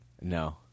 No